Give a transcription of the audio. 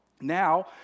Now